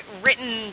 written